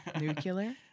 Nuclear